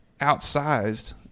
outsized